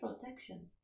protection